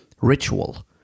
ritual